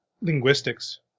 Linguistics